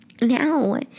now